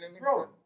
Bro